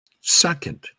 second